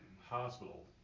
hospital